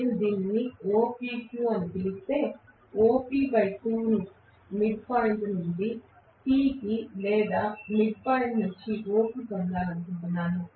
నేను దీనిని OPQ అని పిలిస్తే OP2 ను మిడ్పాయింట్ నుండి P కి లేదా మిడ్పాయింట్ నుండి O కి పొందాలనుకుంటున్నాను